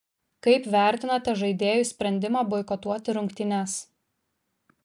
kaip vertinate žaidėjų sprendimą boikotuoti rungtynes